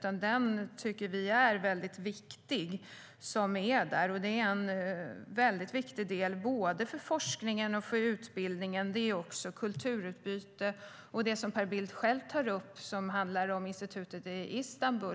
Vi tycker att den är väldigt viktig, både för forskningen och för utbildningen. Det handlar också om kulturutbyte. Per Bill tar själv upp institutet i Istanbul.